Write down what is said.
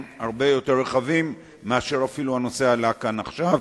הרבה יותר רחבים מאשר אפילו היו לנושא כאן עכשיו,